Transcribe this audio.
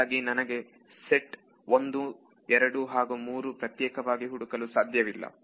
ಹೀಗಾಗಿ ನನಗೆ ಸೆಟ್ ಒಂದು ಎರಡು ಹಾಗೂ ಮೂರನ್ನು ಪ್ರತ್ಯೇಕವಾಗಿ ಹುಡುಕಲು ಸಾಧ್ಯವಿಲ್ಲ